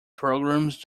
programs